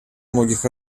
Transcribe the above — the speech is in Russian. многих